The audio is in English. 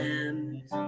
end